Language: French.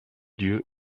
lieux